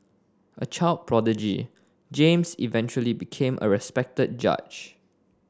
a child prodigy James eventually became a respected judge